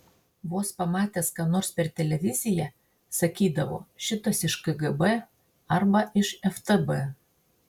vos pamatęs ką nors per televiziją sakydavo šitas iš kgb arba iš ftb